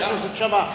חבר הכנסת שאמה.